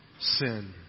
sin